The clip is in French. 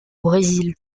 brésil